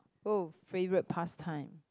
oh favourite pastime